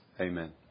Amen